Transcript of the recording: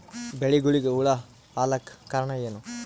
ಬೆಳಿಗೊಳಿಗ ಹುಳ ಆಲಕ್ಕ ಕಾರಣಯೇನು?